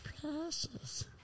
precious